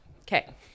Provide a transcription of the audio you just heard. Okay